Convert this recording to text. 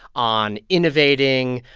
on innovating.